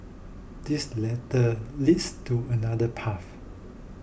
this ladder leads to another path